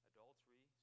Adultery